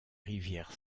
rivières